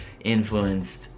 influenced